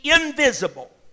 invisible